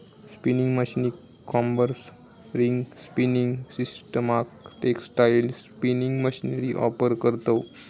spinning मशीनीक combers, ring spinning सिस्टमाक textile spinning machinery offer करतव